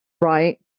right